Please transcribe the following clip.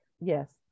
Yes